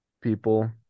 people